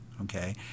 okay